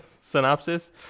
Synopsis